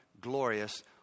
glorious